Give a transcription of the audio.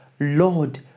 Lord